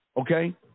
Okay